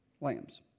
lambs